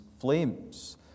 flames